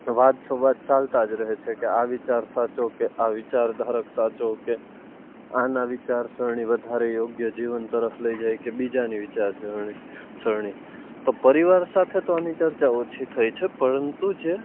વાત સંવાદ ચાલતા જ રહે છે કે આ વિચાર સાચો છે કે આ વિચારધારક સાચો કે આના વિચારસરણી વધારે યોગ્ય જીવન તરફ લઈ જાય કે બીજાની વિચારસરણી સરણી તો પરિવાર સાથે તો આની ચર્ચા ઓછી થાય છે પરંતુ જે